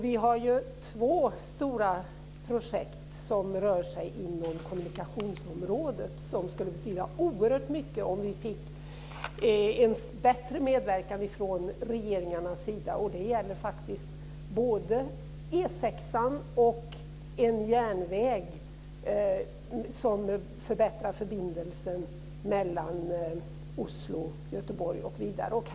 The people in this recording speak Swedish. Vi har två stora projekt som rör sig inom kommunikationsområdet där det skulle betyda oerhört mycket om vi fick en bättre medverkan från regeringarnas sida. Det gäller faktiskt både E 6 och en järnväg som förbättrar förbindelsen mellan Oslo och Göteborg och även går vidare.